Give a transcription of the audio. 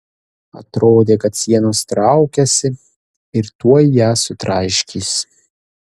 atrodė kad sienos traukiasi ir tuoj ją sutraiškys